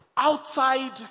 Outside